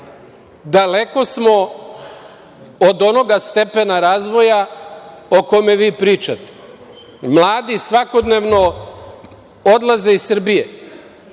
Daleko smo od onoga stepena razvoja o kome vi pričate. Mladi svakodnevno odlaze iz Srbije.